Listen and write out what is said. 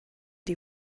die